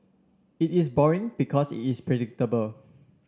it is boring because it is predictable